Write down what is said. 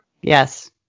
Yes